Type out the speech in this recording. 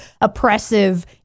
oppressive